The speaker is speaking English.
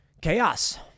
chaos